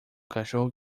cachorro